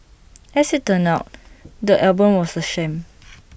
as IT turns out the album was A sham